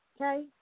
Okay